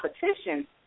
competition